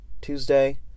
Tuesday